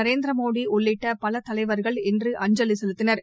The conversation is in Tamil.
நரேந்திர மோடி உள்ளிட்ட பல தலைவர்கள் இன்று அஞ்சலி செலுத்தினர்